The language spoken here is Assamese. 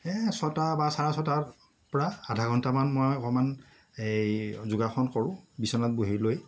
সেই ছটা বা চাৰে ছয়টাৰ পৰা আধাঘণ্টামান মই অকমান এই যোগাসন কৰোঁ বিছনাত বহি লৈ